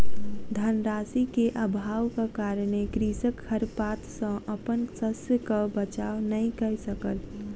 धन राशि के अभावक कारणेँ कृषक खरपात सॅ अपन शस्यक बचाव नै कय सकल